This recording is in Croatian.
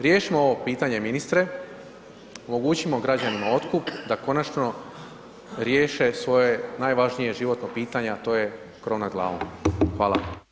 Riješimo ovo pitanje, ministre, omogućimo građanima otkup a konačno riješe svoje najvažnije životno pitanje a to je krov nad glavom, hvala.